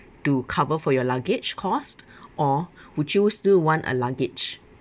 to cover for your luggage cost or would you still want a luggage